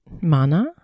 mana